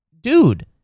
dude